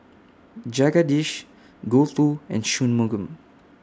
Jagadish Gouthu and Shunmugam